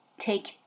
take